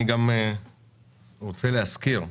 אני גם רוצה להזכיר,